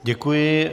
Děkuji.